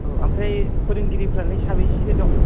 औ आमफ्राइ फोरोंगिरिफ्रालाय साबेसेसो दं